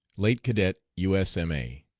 late cadet u s m a.